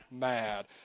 mad